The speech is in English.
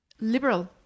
liberal